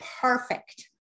perfect